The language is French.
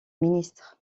ministres